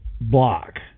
block